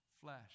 flesh